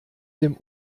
dem